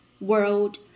world